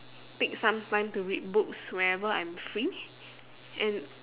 take some time to read books whenever I'm free and